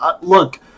Look